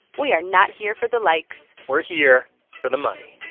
we are not here for the likes we're here for the money